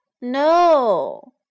No